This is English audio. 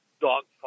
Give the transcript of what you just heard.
dogfight